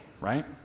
right